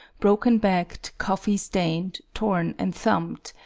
broken backed, coffee stained, torn and thumbed,